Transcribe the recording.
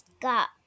got